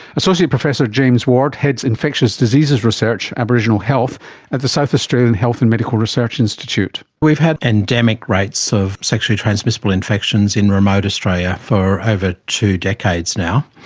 associate professor james ward heads infectious diseases research aboriginal health at the south australian health and medical research institute. we've had endemic rates of sexually transmissible infections in remote australia for over ah two decades now,